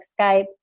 Skype